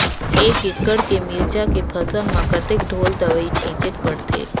एक एकड़ के मिरचा के फसल म कतेक ढोल दवई छीचे पड़थे?